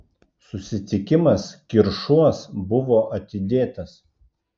susitikimas kiršuos buvo atidėtas